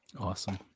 Awesome